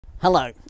Hello